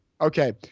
Okay